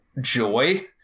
joy